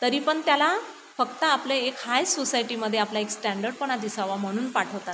तरी पण त्याला फक्त आपले एक हाय सोसायटीमध्ये आपला एक स्टँडर्डपणा दिसावा म्हणून पाठवतात